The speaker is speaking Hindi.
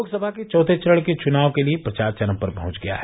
लोकसभा के चौथे चरण के चुनाव के लिये प्रचार चरम पर पहुंच गया है